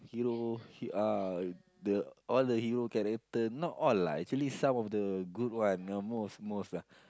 hero uh the all the hero character not all lah actually some of the good one most most lah